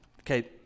Okay